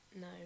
no